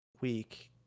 week